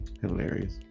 Hilarious